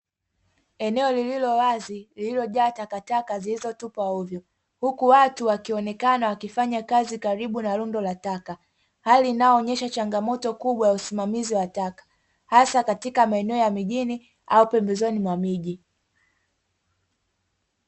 Eneo lililo wazi, lililojaa takataka zilizotupwa ovyo, huku watu wakionekana wakifanya kazi karibu na rundo la taka, hali inayoonyesha changamoto kubwa ya usimamizi wa taka, hasa katika maeneo ya mijini au pembezoni mwa miji.